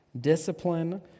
discipline